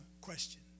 question